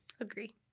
Agree